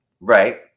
right